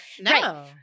No